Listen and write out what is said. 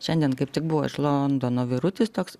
šiandien kaip tik buvo iš londono vyrutis toks